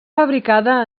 fabricada